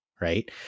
right